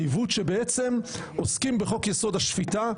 העיוות הוא שבעצם עוסקים בחוק-יסוד: השפיטה,